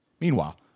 Meanwhile